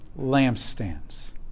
lampstands